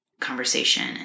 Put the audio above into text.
conversation